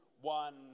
One